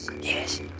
yes